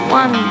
one